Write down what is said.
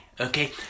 okay